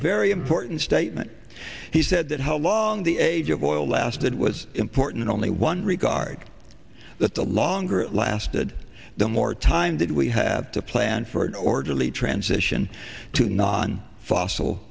very important statement he said that how long the age of oil lasted was important only one regard that the longer it lasted the more time that we have to plan for an orderly transition to non fossil